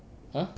!huh!